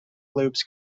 loops